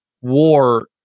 war